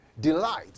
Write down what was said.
Delight